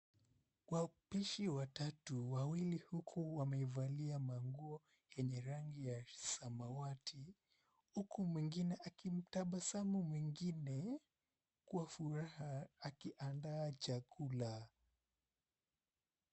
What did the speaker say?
Wapishi watatu, wawili huku wamevalia manguo yenye rangi ya samawati, huku mwengine akitabasamu mwengine kwa furaha akiandaa chakula.